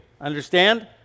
understand